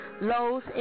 lows